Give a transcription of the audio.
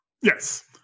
Yes